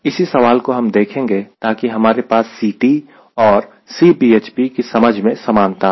इसी सवाल को हम देखेंगे ताकि हमारे पास Ct और Cbhp की समझ में समानता आए